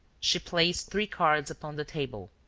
she placed three cards upon the table,